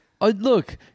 look –